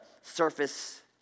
surface